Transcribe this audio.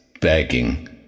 begging